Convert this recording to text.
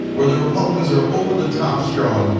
where the republicans are over the top strong,